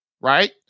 right